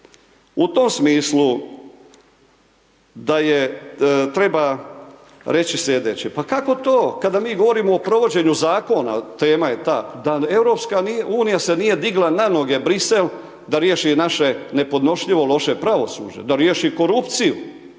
U tom smislu, da je treba, reći sljedeće, pa kako to kada mi govorimo o provođenju zakona, tema je ta, da EU se nije digla na noge, Bruxelles, da riješi naše nepodnošljivo loše pravosuđe, da riješi korupciju,